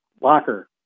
locker